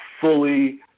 fully